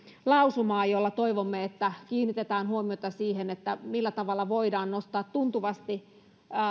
lausumaa jolla toivomme että kiinnitetään huomiota siihen millä tavalla voidaan nostaa tuntuvasti